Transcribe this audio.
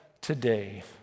today